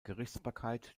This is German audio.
gerichtsbarkeit